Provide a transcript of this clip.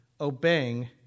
obeying